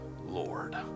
lord